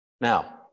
Now